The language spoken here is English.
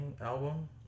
album